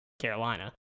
carolina